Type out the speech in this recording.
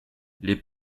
les